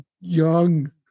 young